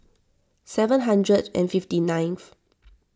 seven hundred and fifty nineth